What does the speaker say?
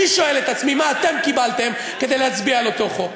אני שואל את עצמי מה אתם קיבלתם כדי להצביע על אותו חוק.